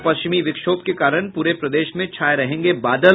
और पश्चिमी विक्षोभ के कारण पूरे प्रदेश में छाये रहेंगे बादल